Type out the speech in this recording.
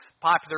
popular